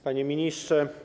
Panie Ministrze!